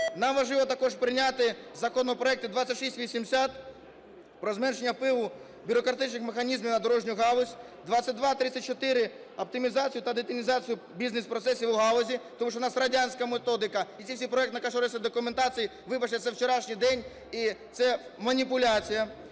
нам важливо також прийняти законопроекти 2680 – про зменшення впливу бюрократичних механізмів на дорожню галузь, 2234 – оптимізацію та детінізацію бізнес-процесів у галузі, тому що в нас радянська методика, і ці всі проектно-кошторисні документації, вибачте, це вчорашній день і це маніпуляція,